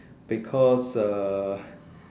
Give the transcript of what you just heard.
because uh